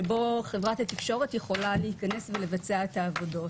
שבו חברת התקשורת יכולה להיכנס ולבצע את העבודות.